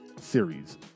series